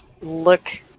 look